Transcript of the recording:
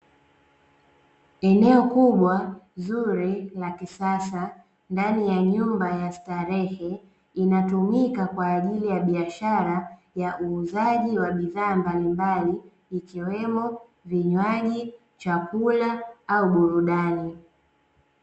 Eneo kubwa zuri la kisasa ndani ya nyumba ya starehe, linatumika kwa ajili ya biasha ya uuzaji wa bidhaa mbalimbali ikiwemo vinywaji, chakula, au burudani.